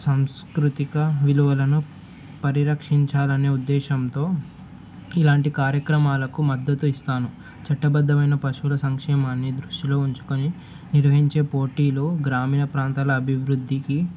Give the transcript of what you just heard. సాంస్కృతిక విలువలను పరిరక్షించాలనే ఉద్దేశంతో ఇలాంటి కార్యక్రమాలకు మద్దతు ఇస్తాను చట్టబద్దమైన పశువుల సంక్షేమాన్ని దృష్టిలో ఉంచుకుని నిర్వహించే పోటీలు గ్రామీణ ప్రాంతాల అభివృద్ధికి